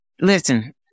Listen